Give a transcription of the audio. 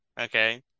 Okay